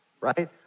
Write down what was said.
Right